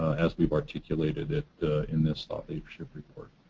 as we've articulated in this thought leadership report.